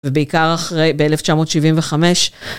ובעיקר, אחרי, באלף תשע מאות שבעים וחמש.